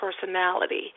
personality